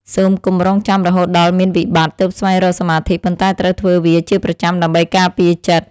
សូមកុំរង់ចាំរហូតដល់មានវិបត្តិទើបស្វែងរកសមាធិប៉ុន្តែត្រូវធ្វើវាជាប្រចាំដើម្បីការពារចិត្ត។